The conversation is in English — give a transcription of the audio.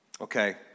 Okay